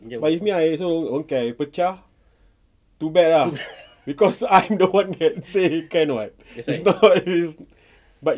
but if me I also don't care if pecah too bad ah cause I don't want that say can [what] it's not